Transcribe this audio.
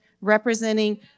representing